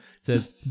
says